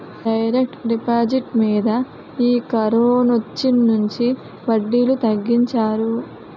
direct deposit మీద ఈ కరోనొచ్చినుంచి వడ్డీలు తగ్గించారు